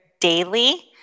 daily